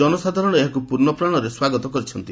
ଜନସାଧାରଣ ଏହାକୁ ପୂର୍ଶ୍ଣପ୍ରାଣରେ ସ୍ୱାଗତ କରିଛନ୍ତି